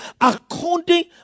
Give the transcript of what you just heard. According